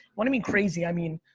what i mean crazy, i mean,